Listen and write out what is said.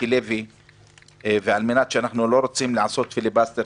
מכיוון שאנחנו לא רוצים לעשות פיליבסטר